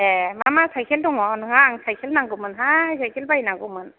ए मा मा साइखेल दङ नोंहा आं साइखेल नांगौमोनहाय साइखेल बायनांगौमोन